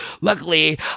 luckily